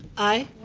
aye.